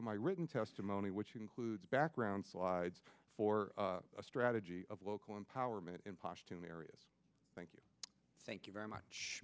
to my written testimony which includes background slides for a strategy of local empowerment in the areas thank you thank you very much